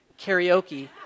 karaoke